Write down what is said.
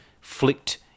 flicked